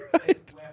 Right